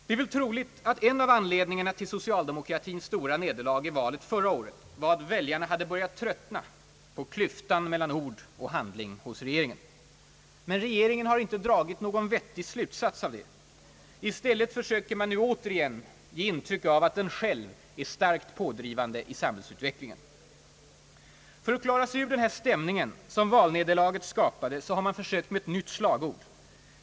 Det är väl troligt att en av anledningarna till socialdemokratins stora nederlag i valet förra året var att väljarna hade börjat tröttna på klyftan mellan ord och handling hos regeringen. Men regeringen har inte dragit någon vettig slutsats av det. I stället försöker man nu återigen ge intryck av att den själv är starkt pådrivande i samhällsutvecklingen. För att klara sig ur den stämning som valnederlaget skapade har man försökt med ett nytt slagord.